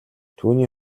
түүний